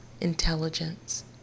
intelligence